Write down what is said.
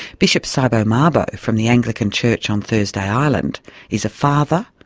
bishop saibo mabo from the anglican church on thursday island is a father,